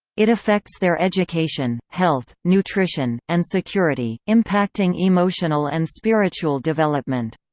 it affects their education, health, nutrition, and security, impacting emotional and spiritual development.